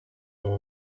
baba